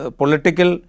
political